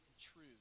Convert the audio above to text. true